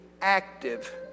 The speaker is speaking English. active